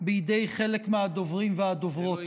בידי חלק מהדוברים והדוברות.